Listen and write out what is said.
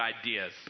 ideas